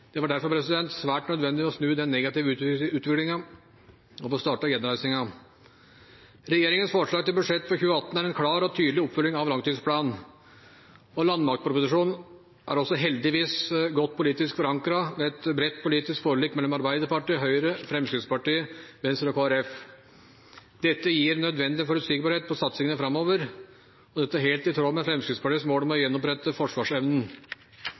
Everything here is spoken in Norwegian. Det var derfor svært nødvendig å snu den negative utviklingen og få startet gjenreisingen. Regjeringens forslag til budsjett for 2018 er en klar og tydelig oppfølging av langtidsplanen. Landmaktproposisjonen er heldigvis også godt politisk forankret ved et bredt politisk forlik mellom Arbeiderpartiet, Høyre, Fremskrittspartiet, Venstre og Kristelig Folkeparti. Dette gir nødvendig forutsigbarhet for satsingene framover. Dette er helt i tråd med Fremskrittspartiets mål om å gjenopprette forsvarsevnen.